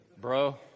bro